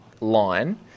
line